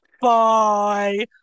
Bye